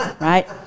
right